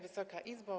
Wysoka Izbo!